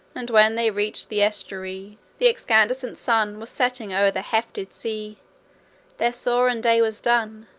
and when they reached the estuary, the excandescent sun was setting o'er the hefted sea their saurian day was done.